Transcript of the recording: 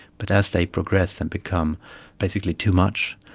but as they progress and become basically too much,